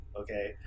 Okay